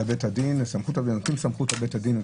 על סמכות בית הדין,